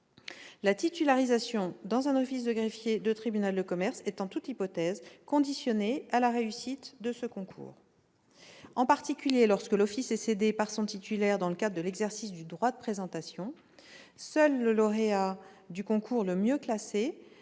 La titularisation dans un office de greffier de tribunal de commerce est, en toute hypothèse, conditionnée à la réussite à ce concours. En particulier, lorsque l'office est cédé par son titulaire dans le cadre de l'exercice du droit de présentation, seul le lauréat du concours le mieux classé